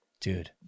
Dude